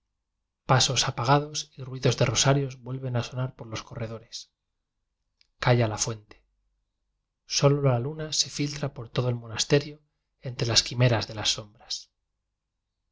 pasos apagados y ruidos de rosarios vuelven a sonar por los corredores calla la fuente solo la luna se filtra por todo el monasterio entre las quimeras de las sombras